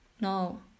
No